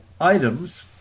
items